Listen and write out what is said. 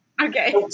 okay